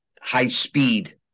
high-speed